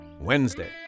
Wednesday